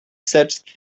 such